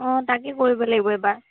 অঁ তাকে কৰিব লাগিব এইবাৰ